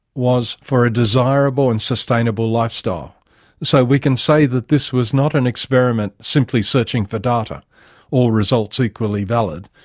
was for a desirable and sustainable lifestyle' so we can say that this was not an experiment simply searching for data all results equally valid.